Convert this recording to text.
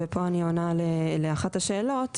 ופה אני עונה לאחת השאלות,